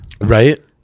right